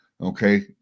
Okay